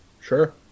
Sure